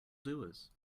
doers